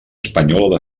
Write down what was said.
espanyola